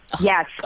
Yes